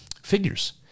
figures